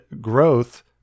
growth